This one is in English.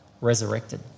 resurrected